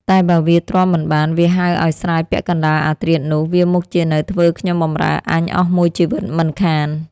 តែបើវាទ្រាំមិនបាន វាហៅឲ្យស្រាយពាក់កណ្តាលអាធ្រាត្រនោះ វាមុខជានៅធ្វើខ្ញុំបម្រើអញអស់មួយជីវិតមិនខាន។